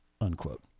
unquote